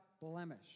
blemish